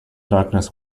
darkness